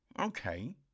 okay